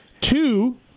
two